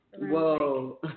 Whoa